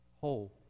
whole